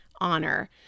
Honor